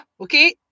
okay